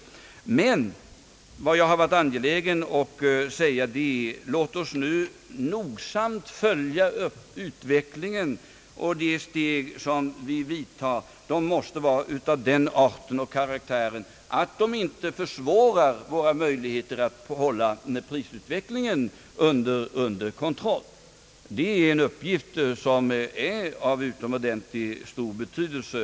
Vad jag emellertid har varit angelägen att säga är: Låt oss nu nogsamt följa utvecklingen och verkan av de steg som vi tar. De måste vara av den arten och karaktären att de inte försämrar våra möjligheter att hålla prisutvecklingen under kontroll. Det är en uppgift som är av utomordentligt stor betydelse.